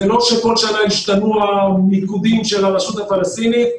לא שכל שנה השתנו המיקודים של הרשות הפלסטינית.